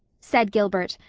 said gilbert,